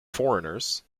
foreigners